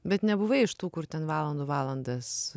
bet nebuvai iš tų kur ten valandų valandas